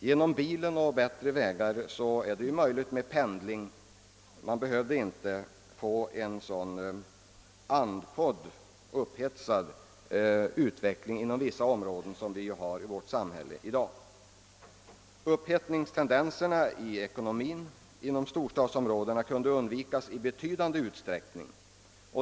Genom bilen och bättre vägar är det ju möjligt med pendling med rätt så långa avstånd. Man behövde inte få en så andfådd, upphetsad utveckling inom vissa områden som vi har i vårt samhälle i dag. Upphettningstendenserna i ekonomin inom storstadsområdena skulle kunna undvikas i betydande utsträckning.